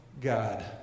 God